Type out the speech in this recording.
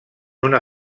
una